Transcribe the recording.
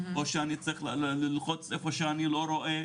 או שאני צריך ללחוץ איפה שאני לא רואה,